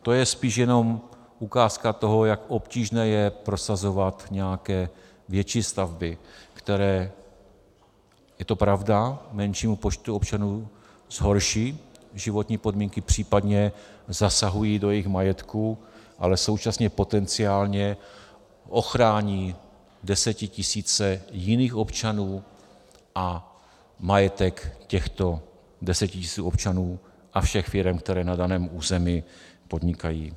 To je spíš jenom ukázka toho, jak obtížné je prosazovat nějaké větší stavby, které, je to pravda, menšímu počtu občanů zhorší životní podmínky, případně zasahují do jejich majetků, ale současně potenciálně ochrání desetitisíce jiných občanů a majetek těchto desetitisíců občanů a všech firem, které na daném území podnikají.